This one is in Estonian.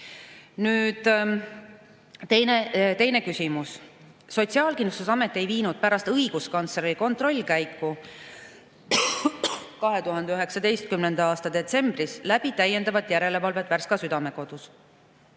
Nüüd teine küsimus. Sotsiaalkindlustusamet ei viinud pärast õiguskantsleri kontrollkäiku 2019. aasta detsembris läbi täiendavat järelevalvet Värska Südamekodus.